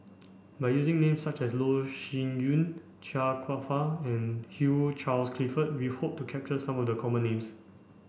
by using names such as Loh Sin Yun Chia Kwek Fah and Hugh Charles Clifford we hope to capture some of the common names